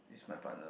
is my partner